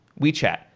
WeChat